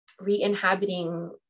re-inhabiting